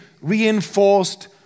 reinforced